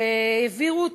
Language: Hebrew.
שהעבירו,